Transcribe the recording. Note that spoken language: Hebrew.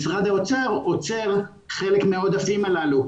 אז משרד האוצר עוצר חלק מהעודפים הללו.